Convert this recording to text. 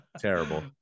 terrible